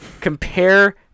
compare